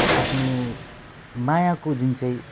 आफ्नो मायाको जुन चाहिँ